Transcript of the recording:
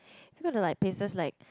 they going to like places like